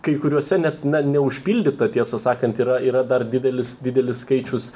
kai kuriuose net na neužpildyta tiesą sakant yra yra dar didelis didelis skaičius